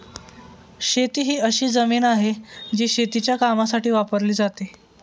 शेती ही अशी जमीन आहे, जी शेतीच्या कामासाठी वापरली जाते